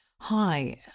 Hi